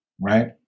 right